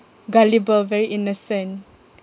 gullible very innocent